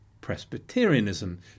Presbyterianism